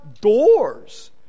doors